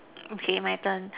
okay my turn